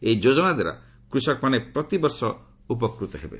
ଏହି ଯୋଜନାଦ୍ୱାରା କୃଷକମାନେ ପ୍ରତିବର୍ଷ ଉପକୃତ ହେବେ